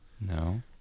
No